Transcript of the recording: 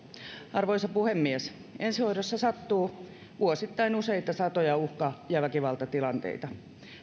arvoisa puhemies ensihoidossa sattuu vuosittain useita satoja uhka ja väkivaltatilanteita